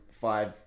five